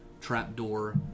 trapdoor